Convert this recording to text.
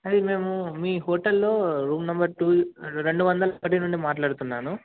అది మేము మీ హోటల్లో రూమ్ నెంబర్ టూ రెండు వందల ఒకటి నుండి మాట్లాడుతున్నాను